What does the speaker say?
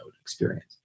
experience